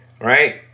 right